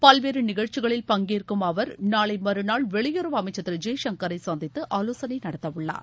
பல்வேறு நிகழ்ச்சிகளில் பங்கேற்கும் அவர் நாளை மறநாள் வெளியுறவு அமைச்சர் திரு ஜெய்சங்கரை சந்தித்து ஆலோசனை நடத்தவுள்ளார்